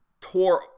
tore